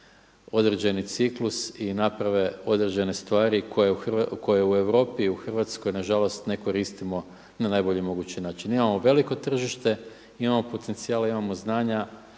određeni ciklus i naprave određene stvari koje u Europi, u Hrvatskoj na žalost ne koristimo na najbolji mogući način. Imamo veliko tržište, imamo potencijale, imamo znanja